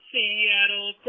Seattle